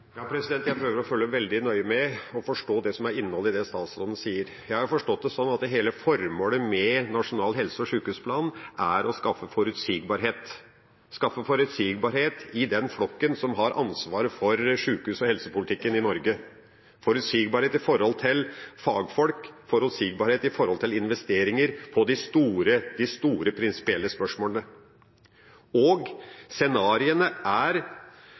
forstå det som er innholdet i det statsråden sier. Jeg har forstått det slik at hele formålet med nasjonal helse- og sykehusplan er å skape forutsigbarhet: forutsigbarhet i den flokken som har ansvaret for sykehus- og helsepolitikken i Norge, forutsigbarhet når det gjelder fagfolk, og forutsigbarhet når det gjelder investeringer i de store prinsipielle spørsmålene. Scenarioene er spørsmål om å sette ulike prinsipper ut i praksis. Er